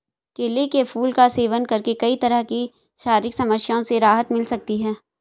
केले के फूल का सेवन करके कई तरह की शारीरिक समस्याओं से राहत मिल सकती है